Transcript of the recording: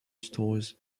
stores